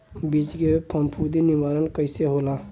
बीज के फफूंदी निवारण कईसे होला?